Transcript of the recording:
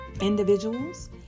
Individuals